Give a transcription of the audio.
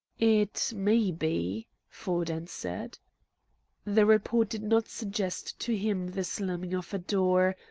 it may be, ford answered. the report did not suggest to him the slamming of a door,